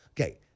Okay